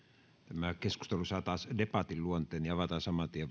tämä keskustelu saa taas debatin luonteen ja avataan saman tien